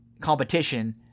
competition